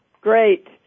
Great